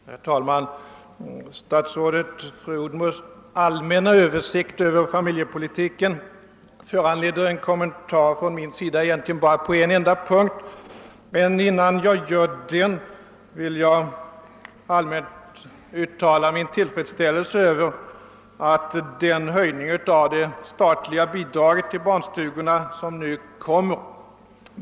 Herr talman! Statsrådet fru Odhnoffs allmänna översikt över familjepolitiken föranleder en kommentar från min sida på en enda punkt, men innan jag gör den vill jag uttala min tillfredsställelse över den höjning av det statliga bidraget till barnstugorna som nu kommer.